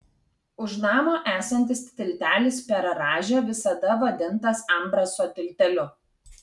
už namo esantis tiltelis per rąžę visada vadintas ambrazo tilteliu